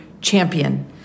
champion